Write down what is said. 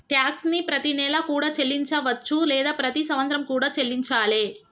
tax ని ప్రతినెలా కూడా చెల్లించవచ్చు లేదా ప్రతి సంవత్సరం కూడా చెల్లించాలే